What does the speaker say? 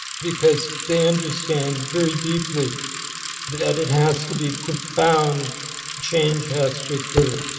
because they understand very deeply that that it has to be profound change has to occur.